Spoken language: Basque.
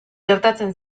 gertatzen